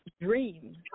dream